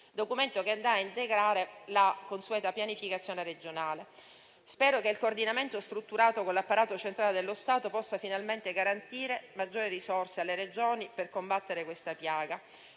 documento che andrà a integrare la consueta pianificazione regionale. Spero che il coordinamento strutturato con l'apparato centrale dello Stato possa finalmente garantire maggiori risorse alle Regioni per combattere questa piaga.